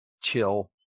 chill